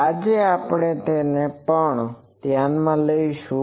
આજે આપણે તેને પણ ધ્યાનમાં લઈશું